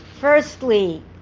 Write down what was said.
Firstly